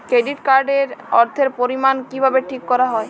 Credit card এর অর্থের পরিমান কিভাবে ঠিক করা হয়?